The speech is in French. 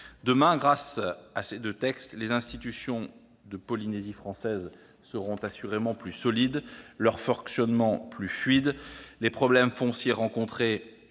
Demain, grâce à ces deux textes, les institutions de la Polynésie française seront plus solides, leur fonctionnement sera plus fluide, les problèmes fonciers rencontrés